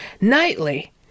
nightly